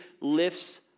lifts